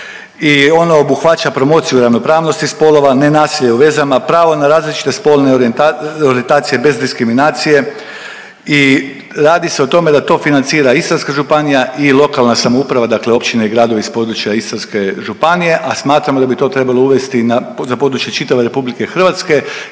i ono obuhvaća promociju ravnopravnosti spolova, nenasilje u vezama, pravo na različite spolne orijentacije bez diskriminacije i radi se o tome da to financira Istarska županija i lokalna samouprava, dakle općine i gradovi s područja Istarske županije, a smatramo da bi to trebalo uvesti za područje čitave RH iz nekoliko